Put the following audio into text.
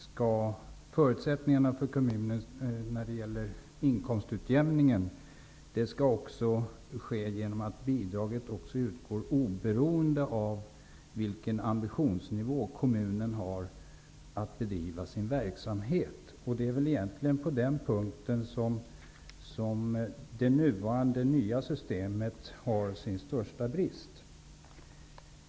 Inkomstutjämning för kommunerna skall ske också genom att bidraget utgår oberoende av vilken ambitionsnivå kommunen har för sin verksamhet. Det är på den punkten som det nuvarande systemet har sin största brist.